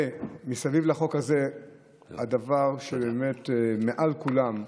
ומסביב לחוק הזה הדבר שהוא באמת מעל כולם,